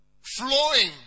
Flowing